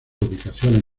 ubicaciones